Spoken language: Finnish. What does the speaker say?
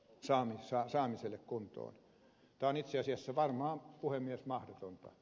tämä on itse asiassa varmaan puhemies mahdotonta